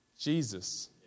Jesus